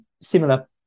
similar